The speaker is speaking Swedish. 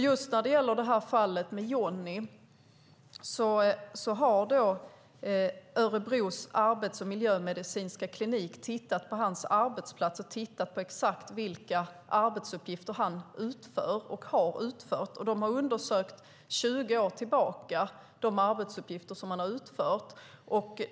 Just när det gäller fallet med Johnny har Örebros arbets och miljömedicinska klinik tittat på hans arbetsplats och på exakt vilka arbetsuppgifter han utför och har utfört. De har undersökt de arbetsuppgifter som han har utfört 20 år tillbaka.